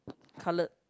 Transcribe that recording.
coloured